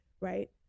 Right